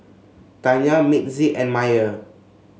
Tanya Mitzi and Myer